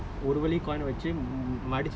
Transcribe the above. before when I went to retake redo